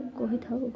କହିଥାଉ